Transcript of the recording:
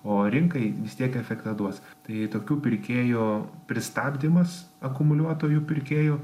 o rinkai vis tiek efektą duos tai tokių pirkėjų pristabdymas akumuliuotojų pirkėjų